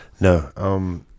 No